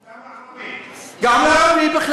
גם לערבים.